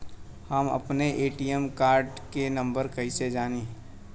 हम अपने ATM card के नंबर कइसे जानी?